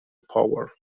power